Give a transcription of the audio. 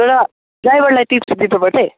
तर ड्राइभरलाई टिप्स चाहिँ दिनुपर्छ है